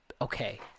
okay